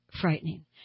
frightening